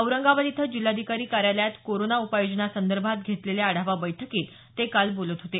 औरंगाबाद इथं जिल्हाधिकारी कार्यालयात कोरोना उपाययोजना संदर्भात घेतलेल्या आढावा बैठकीत ते काल बोलत होते